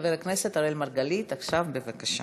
חבר הכנסת אראל מרגלית עכשיו, בבקשה.